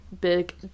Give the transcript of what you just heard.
big